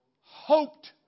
hoped